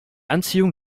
anziehung